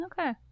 Okay